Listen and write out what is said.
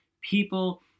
People